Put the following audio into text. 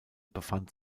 befand